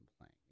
playing